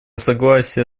согласие